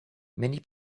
many